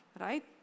right